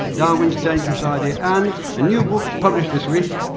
darwin's dangerous idea and a new book published this week,